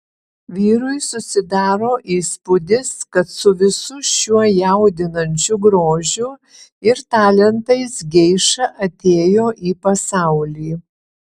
vyrui susidaro įspūdis kad su visu šiuo jaudinančiu grožiu ir talentais geiša atėjo į pasaulį